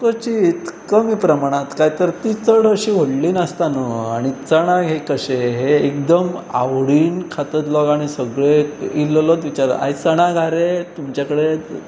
क्वचीत कमी प्रमाणांत काय तर ती चड अशी व्हडली नासता न्हय आनी चणाक हे कशें हे एकदम आवडीन खातत लोक आनी सगळे आयिल्लोच विचारलो आयज चणाक आसा रे तुमच्या कडेन